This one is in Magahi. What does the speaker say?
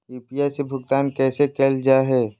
यू.पी.आई से भुगतान कैसे कैल जहै?